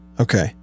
Okay